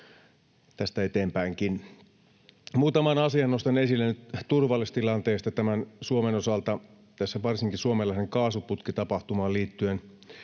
tästä eteenkinpäin. Muutaman asian nostan esille turvallisuustilanteesta Suomen osalta nyt tässä varsinkin Suomenlahden kaasuputkitapahtumaan liittyen.